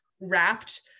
wrapped